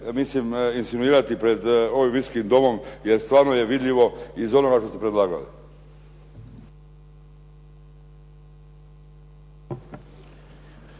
mislim insinuirati pred ovim Visokim domom jer stvarno je vidljivo iz onoga što ste predlagali.